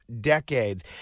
decades